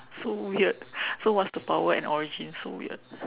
so weird so what's the power and origin so weird